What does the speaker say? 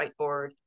whiteboard